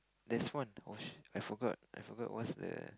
there is one oh shi~ I forgot I forgot what's the